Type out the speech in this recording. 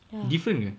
different ke